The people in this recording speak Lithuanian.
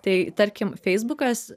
tai tarkim feisbukas